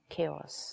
Chaos